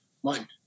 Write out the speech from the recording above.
One